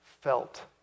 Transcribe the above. felt